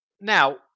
Now